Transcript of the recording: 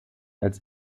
als